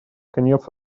конец